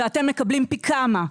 ואתם מקבלים פי כמה.